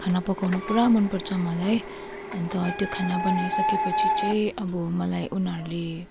खाना पकाउनु पुरा मनपर्छ मलाई अन्त त्यो खाना बनाइसकेपछि चाहिँ अब मलाई उनीहरूले